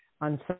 on